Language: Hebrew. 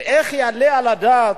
ואיך יעלה על הדעת,